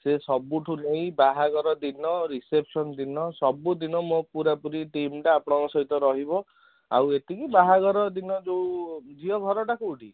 ସେ ସବୁଠୁ ନେଇ ବାହାଘର ଦିନ ରିସେପସନ୍ ଦିନ ସବୁ ଦିନ ମୋ ପୁରାପୁରି ଟିମ୍ଟା ଆପଣଙ୍କ ସହ ରହିବ ଆଉ ଏତିକି ବାହାଘର ଦିନ ଯେଉଁ ଝିଅ ଘରଟା କେଉଁଠି